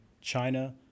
China